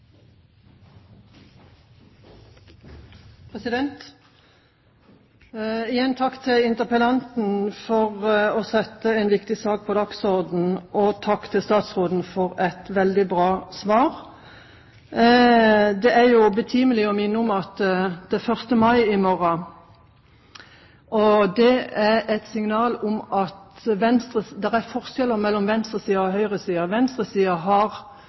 Takk til interpellanten for å sette en viktig sak på dagsordenen, og takk til statsråden for et veldig bra svar. Det er betimelig å minne om at det er 1. mai i morgen. Det er et signal om at det er forskjeller mellom venstresiden og høyresiden. Venstresiden har